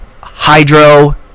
hydro